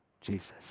Jesus